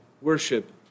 Worship